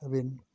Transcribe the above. ᱟᱹᱵᱤᱱ